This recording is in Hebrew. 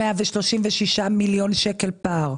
136 מיליון שקל פער.